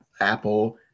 Apple